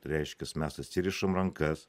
reiškias mes atsirišam rankas